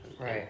Right